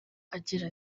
agira